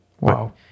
Wow